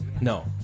no